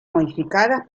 modificadas